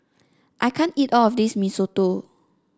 I can't eat all of this Mee Soto